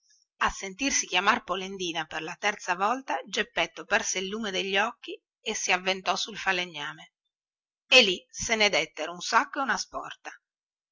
a sentirsi chiamar polendina per la terza volta geppetto perse il lume degli occhi si avvento sul falegname e lì se ne dettero un sacco e una sporta